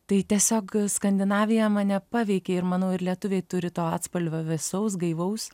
tai tiesiog skandinavija mane paveikė ir manau ir lietuviai turi to atspalvio vėsaus gaivaus